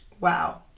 Wow